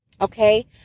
Okay